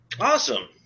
Awesome